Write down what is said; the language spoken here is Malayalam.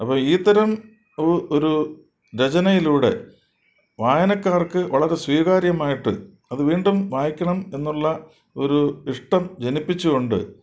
അപ്പോൾ ഇത്തരം ഓ ഒരു രചനയിലൂടെ വായനക്കാർക്ക് വളരെ സ്വീകാര്യമായിട്ട് അതു വീണ്ടും വായിക്കണം എന്നുള്ള ഒരു ഇഷ്ടം ജനിപ്പിച്ചുകൊണ്ട്